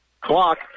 clock